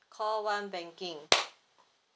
call one banking